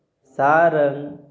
Sarang